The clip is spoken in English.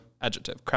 adjective